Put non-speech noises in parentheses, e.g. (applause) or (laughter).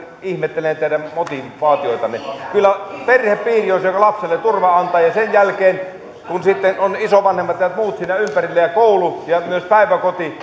ihmettelen teidän motivaatioitanne kyllä perhepiiri on se joka lapselle turvaa antaa ja ja sen jälkeen sitten on isovanhemmat ja muut siinä ympärillä ja koulu ja myös päiväkoti (unintelligible)